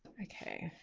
okay.